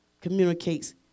communicates